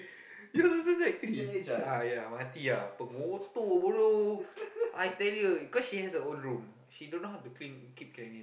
yours also sec-three ah ya mati ah pengotor bodoh I tell you cause she has her own room she don't know how to clean keep cleanliness